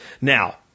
Now